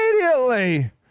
immediately